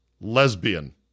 lesbian